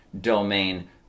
Domain